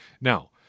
Now